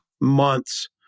months